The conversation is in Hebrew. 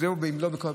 ואם לא,